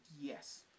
Yes